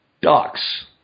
ducks